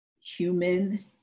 human